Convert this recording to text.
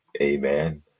Amen